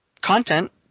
content